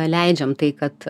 leidžiam tai kad